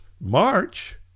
March